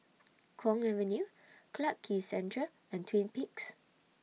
Kwong Avenue Clarke Quay Central and Twin Peaks